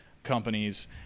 Companies